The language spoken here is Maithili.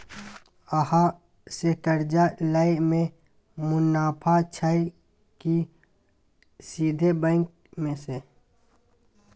अहाँ से कर्जा लय में मुनाफा छै की सीधे बैंक से?